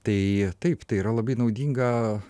tai taip tai yra labai naudinga